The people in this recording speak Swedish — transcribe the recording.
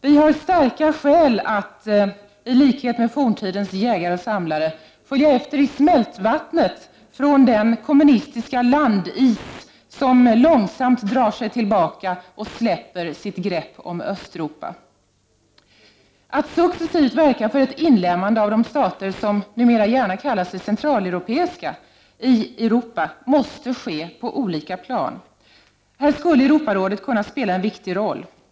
Vi har starka skäl att i likhet med forntidens jägare och samlare följa efter i smältvattnet från den kommunistiska landis som långsamt drar sig tillbaka och släpper sitt grepp om Östeuropa. Att successivt verka för ett inlemmande av stater, som numera gärna kallar sig centraleuropeiska, i Europa måste ske på olika plan. Europarådet skulle här kunna spela en viktig roll.